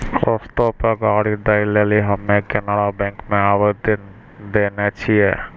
किश्तो पे गाड़ी दै लेली हम्मे केनरा बैंको मे आवेदन देने छिये